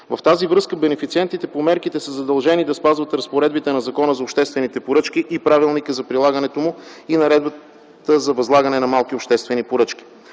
В тази връзка бенефициентите по мерките са задължени да спазват разпоредбите на Закона за обществените поръчки и Правилника за прилагането му, и Наредбата за възлагане на малки обществени поръчки.